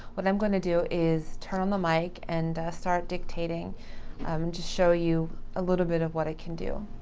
what i'm going to do is turn on the mic and start dictating um to show you a little bit of what it can do.